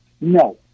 No